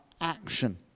action